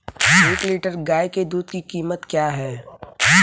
एक लीटर गाय के दूध की कीमत क्या है?